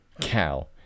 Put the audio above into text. cow